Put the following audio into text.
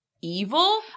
evil